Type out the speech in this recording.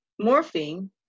morphine